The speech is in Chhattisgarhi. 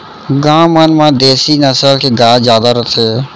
गॉँव मन म देसी नसल के गाय जादा रथे